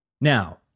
Now